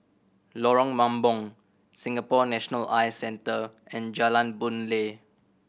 Lorong Mambong Singapore National Eye Centre and Jalan Boon Lay